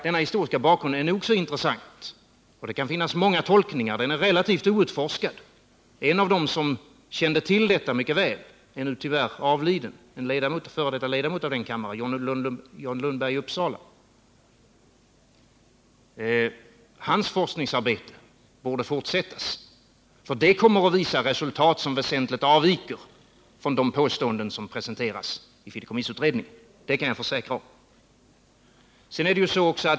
Denna historiska bakgrund är nog så intressant, och det kan finnas många tolkningar. Denna del av historien är relativt outforskad. En av dem som kände till detta mycket väl är nu tyvärr avliden, en f. d. ledamot av denna kammare, John Lundberg i Uppsala. Hans forskningsarbete borde fortsättas, för det skulle komma att visa resultat som väsentligt avviker från de påståenden som presenterades av fideikommissutredningen, det kan jag försäkra.